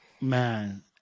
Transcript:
Man